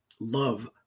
love